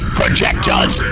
projectors